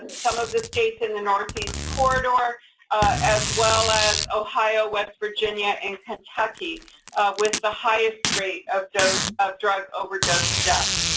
and some of the states in the northeast corridor as well as ohio, west virginia, and kentucky with the highest rate of so of drug overdose deaths.